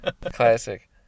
classic